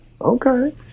Okay